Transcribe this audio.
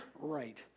right